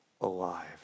alive